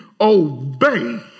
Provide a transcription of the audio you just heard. obey